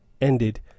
ended